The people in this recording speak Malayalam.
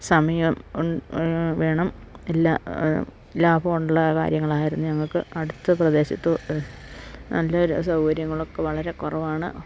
സമയം വേണം എല്ലാ ലാഭവുള്ള കാര്യങ്ങളായിരുന്നു ഞങ്ങൾക്ക് അടുത്ത പ്രദേശത്ത് നല്ലൊരു സൗകര്യങ്ങളൊക്കെ വളരെ കുറവാണ്